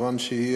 כיוון שהיא